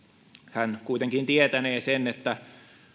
hän kuitenkin tietänee sen että